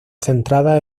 centradas